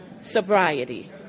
sobriety